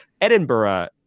Edinburgh